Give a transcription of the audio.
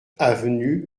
avenue